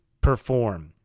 perform